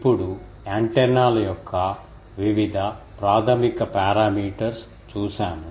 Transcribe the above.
ఇప్పుడు యాంటెన్నాల యొక్క వివిధ ప్రాథమిక పారామీటర్స్ చూశాము